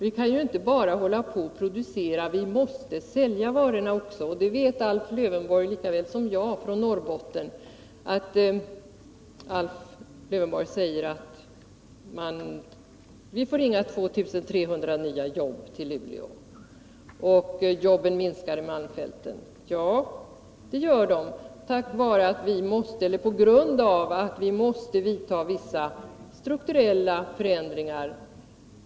Vi kan ju inte bara hålla på att producera, vi måste sälja varorna också. Det vet Alf Lövenborg med sina erfarenheter från Norrbotten lika bra som jag. Han säger att vi inte får 2 300 nya arbeten till Luleå och att arbetstillfällena minskade i malmfälten. Det är sant, men det beror på att vi måste vidta vissa strukturella förändringar.